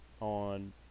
on